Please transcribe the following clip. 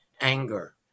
anger